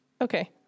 Okay